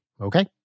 okay